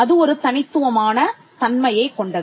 அது ஒரு தனித்துவமான தன்மையைக் கொண்டது